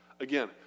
Again